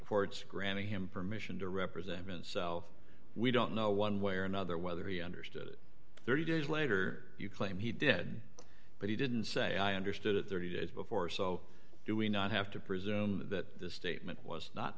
court's granting him permission to represent him and so we don't know one way or another whether he understood it thirty days later you claim he did but he didn't say i understood it thirty days before so do we not have to presume that the statement was not